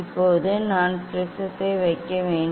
இப்போது நான் ப்ரிஸத்தை வைக்க வேண்டும்